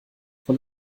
von